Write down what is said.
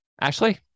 ashley